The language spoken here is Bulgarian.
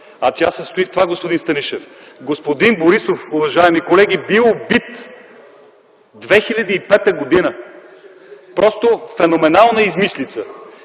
Тя се състои в това, господин Станишев: Господин Борисов, уважаеми колеги, бил бит 2005 г. Просто феноменална измислица!